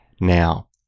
Now